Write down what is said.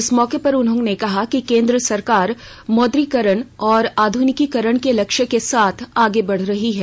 इस मौके पर उन्होंने कहा कि केन्द्र सरकार मौद्रीकरण और आध्नीकीकरण के लक्ष्य के साथ आगे बढ़ रही है